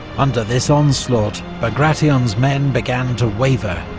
under this onslaught, bagration's men began to waver,